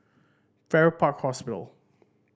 Farrer Park Hospital